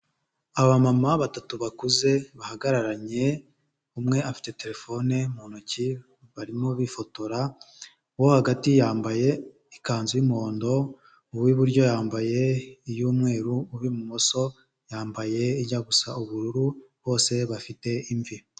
Abamama batatu bakuze bahagararanye, umwe afite telefone mu ntoki barimo bifotora, uwo hagati yambaye ikanzu y'umuhondo, uw'iburyo yambaye iy'umweru, uw'ibumoso yambaye ijyasa ubururu bose bafite imvi.